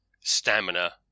stamina